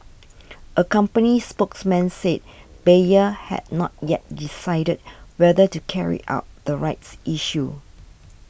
a company spokesman said Bayer had not yet decided whether to carry out the rights issue